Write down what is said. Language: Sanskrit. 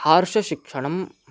आर्षशिक्षणं